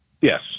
Yes